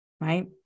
right